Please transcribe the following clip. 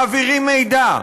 מעבירים מידע,